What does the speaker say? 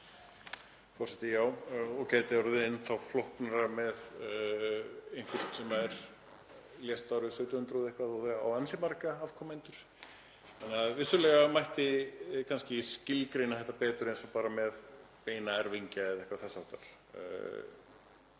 Forseti. Já, og gæti orðið enn þá flóknara með einhvern sem lést árið 1700 og eitthvað og á ansi marga afkomendur, þannig að vissulega mætti kannski skilgreina þetta betur eins og bara með beina erfingja eða eitthvað þess háttar,